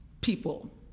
people